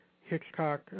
Hitchcock